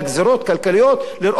לראות צל הרים כהרים?